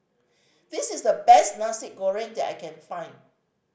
this is the best Nasi Goreng that I can find